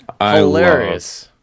Hilarious